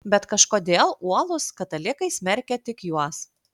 bet kažkodėl uolūs katalikai smerkia tik juos